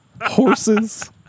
horses